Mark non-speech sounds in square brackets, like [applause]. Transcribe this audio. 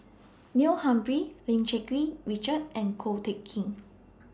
[noise] Neil Humphreys Lim Cherng Yih Richard and Ko Teck Kin